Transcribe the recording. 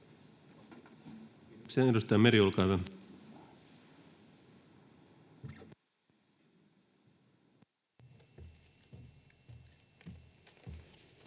Kiitos,